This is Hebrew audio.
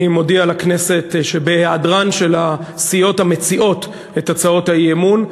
אני מודיע לכנסת שבהיעדרן של הסיעות המציעות את הצעות האי-אמון,